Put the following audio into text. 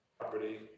property